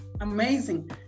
amazing